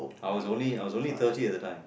I was only I was only thirty at the time